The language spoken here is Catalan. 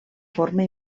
forma